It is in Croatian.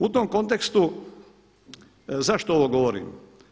U tom kontekstu, zašto ovo govorim?